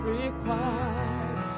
required